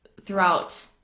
throughout